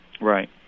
Right